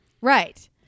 Right